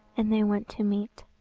and they went to meat.